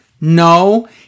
No